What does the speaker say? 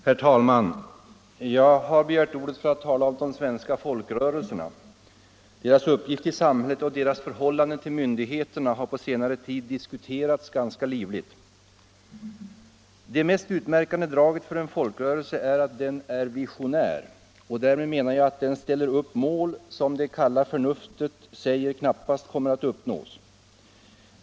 Herr talman! Jag har begärt ordet för att tala om de svenska folkrörelserna. Deras uppgift i samhället och deras förhållande till myndigheterna har på senare tid diskuterats ganska livligt. Det mest utmärkande draget för en folkrörelse är att den är visionär. Därmed menar jag att den ställer upp mål som det kalla förnuftet säger knappast kommer att uppnås.